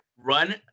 run